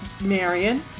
Marion